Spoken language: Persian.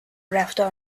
رفتار